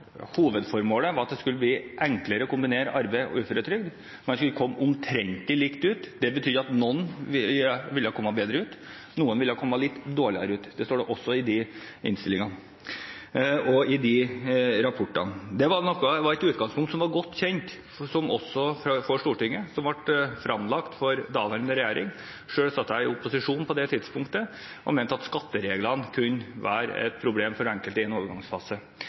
hovedformålet var at det skulle bli enklere å kombinere arbeid og uføretrygd. Man skulle komme omtrent likt ut. Det betydde at noen ville komme bedre ut, noen ville komme litt dårligere ut. Det står det også i dokumentene. Det var et utgangspunkt som var godt kjent for Stortinget, og som ble fremlagt for daværende regjering. Selv satt jeg i opposisjon på det tidspunktet og mente at skattereglene kunne være et problem for enkelte i en overgangsfase.